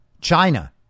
China